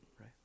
right